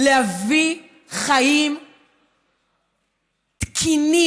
להביא חיים תקינים,